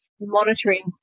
monitoring